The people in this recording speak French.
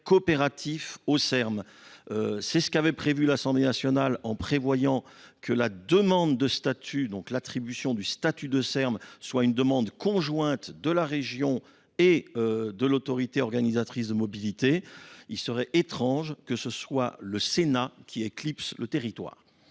coopératif au terme, c'est ce qu'avait prévu l'assemblée nationale en prévoyant que la demande de statut, l'attribution du statut de E R. M. soit une demande conjointe de la région et de l'autorité organisatrice de mobilité. Il serait étrange que ce soit le Sénat qui éclipse le territoire,